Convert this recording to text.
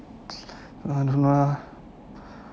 I don't know lah